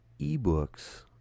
ebooks